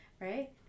right